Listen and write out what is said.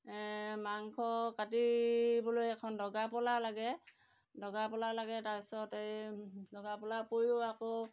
মাংস কাটিবলৈ এখন দগা পাল্লা লাগে দগা পাল্লা লাগে তাৰপিছত এই দগা পাল্লা উপৰিও আকৌ